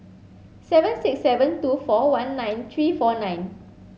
seven six seven two four one nine three four nine